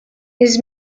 his